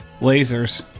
Lasers